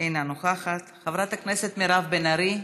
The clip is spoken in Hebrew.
אינה נוכחת, חברת הכנסת מרב בן ארי,